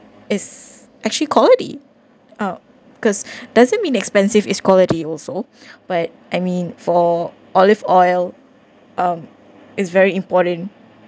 is actually quality uh because doesn't mean expensive is quality also but I mean for olive oil um is very important